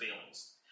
feelings